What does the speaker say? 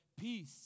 peace